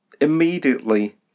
immediately